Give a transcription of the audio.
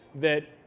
that,